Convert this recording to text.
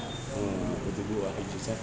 આ બધું બહુ આવી ગયું છે